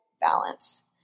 balance